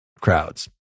crowds